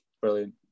Brilliant